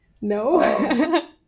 no